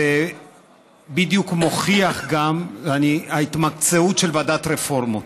זה בדיוק מוכיח גם את ההתמקצעות של ועדת הרפורמות.